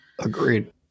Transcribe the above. Agreed